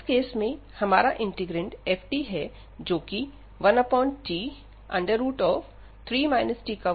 इस केस में हमारा इंटीग्रैंड f है जोकि 1t3 t21 है